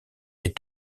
est